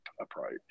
approach